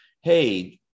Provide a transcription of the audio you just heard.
hey